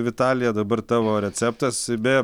vitalija dabar tavo receptas beje